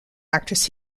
actress